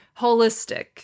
holistic